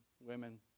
women